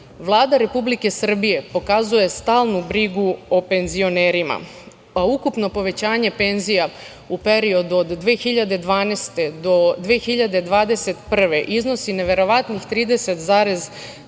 Vlada Republike Srbije pokazuje stalnu brigu o penzionerima, pa ukupno povećanje penzija u periodu od 2012. do 2021. iznosi neverovatnih 30,9%.